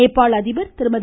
நேபாள அதிபர் திருமதி